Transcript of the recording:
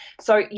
so,